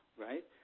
right